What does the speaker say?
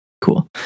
Cool